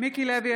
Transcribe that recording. מיקי לוי,